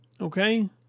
okay